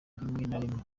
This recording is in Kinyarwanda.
rimwe